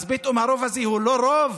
אז פתאום הרוב הזה הוא לא רוב?